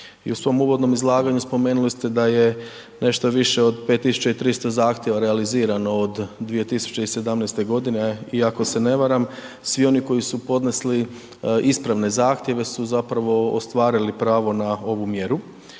I u svom uvodnom izlaganju spomenuli ste da je nešto više od 5300 zahtjeva realizirano od 2017. godine. I ako se ne varam svi oni koji su podnesli ispravne zahtjeve su zapravo ostvarili pravo na ovu mjeru.